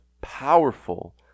powerful